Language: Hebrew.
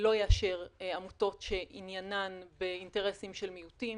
לא יאשר עמותות שעניינן באינטרסים של מיעוטים